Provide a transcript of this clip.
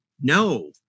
no